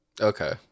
okay